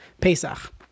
Pesach